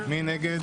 מי נגד?